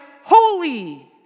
holy